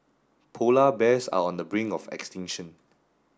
polar bears are on the brink of extinction